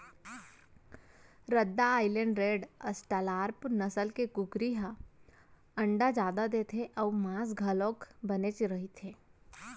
रद्दा island red, australorp नसल के कुकरी ह अंडा जादा देथे अउ मांस घलोक बनेच रहिथे